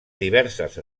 diverses